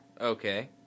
Okay